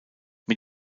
mit